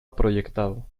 proyectado